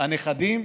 הנכדים,